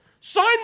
Sign